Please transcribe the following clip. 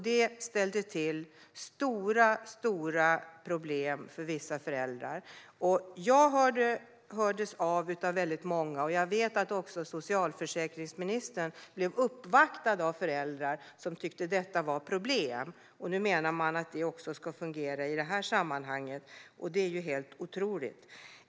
Det ställde till stora problem för vissa föräldrar. Det var väldigt många som hörde av sig till mig, och jag vet att även socialförsäkringsministern blev uppvaktad av föräldrar som tyckte att detta var ett problem. Nu menar man att det ska fungera också i det här sammanhanget, vilket är helt otroligt.